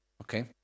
okay